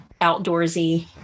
outdoorsy